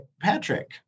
Patrick